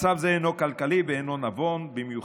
מצב זה אינו כלכלי ואינו נבון במיוחד.